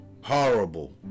horrible